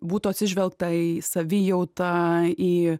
būtų atsižvelgta į savijautą į